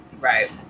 Right